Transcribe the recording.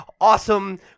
awesome